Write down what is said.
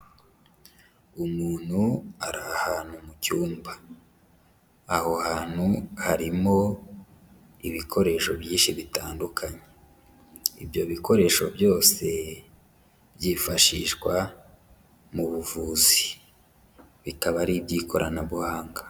Umuntu ari ahantu mu cyumba. Aho hantu harimo ibikoresho byinshi bitandukanye. Ibyo bikoresho byose byifashishwa mu buvuzi. Bikaba ari iby'ikoranabuhanga.